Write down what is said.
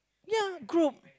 ya grow